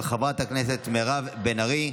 של חברת הכנסת מירב בן ארי.